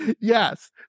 Yes